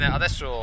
adesso